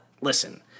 listen